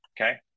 okay